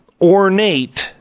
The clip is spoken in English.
ornate